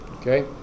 Okay